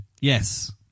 Yes